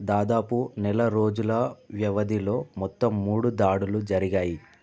దాదాపు నెల రోజుల వ్యవధిలో మొత్తం మూడు దాడులు జరిగాయి